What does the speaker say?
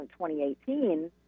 2018